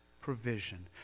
provision